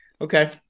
Okay